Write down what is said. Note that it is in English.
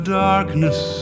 darkness